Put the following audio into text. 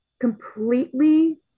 completely